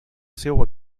seu